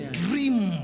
dream